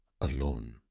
alone